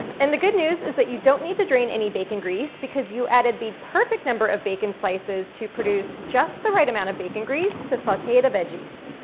and the good news is that you don't need to drain any bacon grease because you added the perfect number of bacon slices to produce just the right amount of bacon grease to saute the veggies.